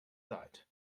set